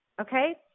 Okay